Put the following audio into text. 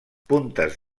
puntes